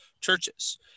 churches